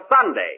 Sunday